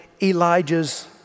Elijah's